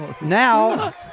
Now